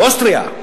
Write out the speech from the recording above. באוסטריה,